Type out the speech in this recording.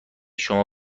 شما